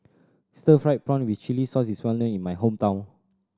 stir fried prawn with chili sauce is well known in my hometown